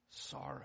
sorrow